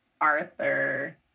Arthur